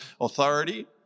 authority